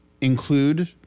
include